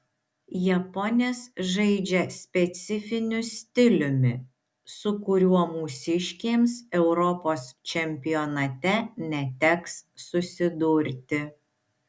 japonės žaidžia specifiniu stiliumi su kuriuo mūsiškėms europos čempionate neteks susidurti